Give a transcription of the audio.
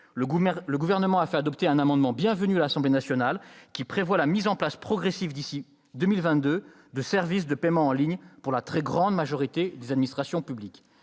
Le Gouvernement a fait adopter un amendement bienvenu à l'Assemblée nationale, qui a pour objet la mise en place progressive, d'ici à 2022, de services de paiement en ligne pour la très grande majorité des administrations publiques.